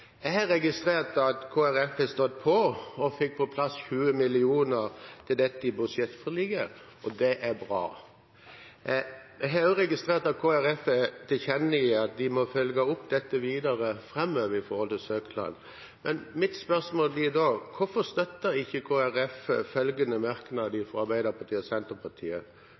Jeg har registrert at Kristelig Folkeparti har stått på og fikk på plass 20 mill. kr til dette i budsjettforliket. Det er bra. Jeg har også registrert at Kristelig Folkeparti tilkjennegir at de må følge opp dette videre framover med hensyn til søknad. Men mitt spørsmål blir da: Hvorfor støttet ikke Kristelig Folkeparti merknaden fra Arbeiderpartiet og Senterpartiet,